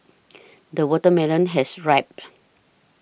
the watermelon has ripened